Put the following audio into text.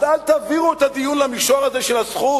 אז אל תעבירו את הדיון למישור הזה של הזכות.